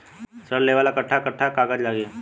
ऋण लेवेला कट्ठा कट्ठा कागज लागी?